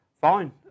fine